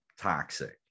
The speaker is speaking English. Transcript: toxic